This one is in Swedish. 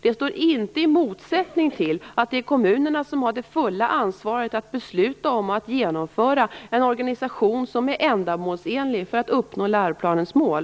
Det står inte i motsättning till att det är kommunerna som har det fulla ansvaret att besluta om att genomföra en organisation som är ändamålsenlig för att uppnå läroplanens mål.